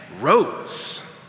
rose